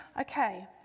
Okay